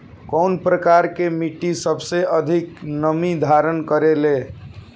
कउन प्रकार के मिट्टी सबसे अधिक नमी धारण करे ले?